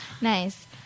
Nice